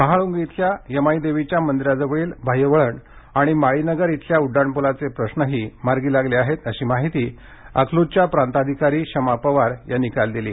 महाळूंग येथील यमाईदेवीच्या मंदिराजवळील बाह्यवळण आणि माळीनगर येथील उड्डाणपुलाचे प्रश्नही मार्गी लागले आहेत अशी माहिती अकलूजच्या प्रांताधिकारी शमा पवार यांनी काल दिली